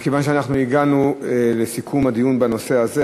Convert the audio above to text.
מכיוון שהגענו לסיכום הדיון בנושא הזה,